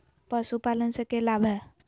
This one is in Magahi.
पशुपालन से के लाभ हय?